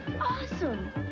Awesome